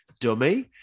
Dummy